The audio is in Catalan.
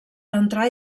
entrar